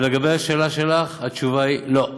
ולגבי השאלה שלך, התשובה היא: לא.